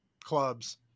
clubs